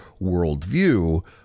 worldview